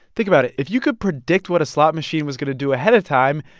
think about it. if you could predict what a slot machine was going to do ahead of time,